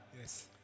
Yes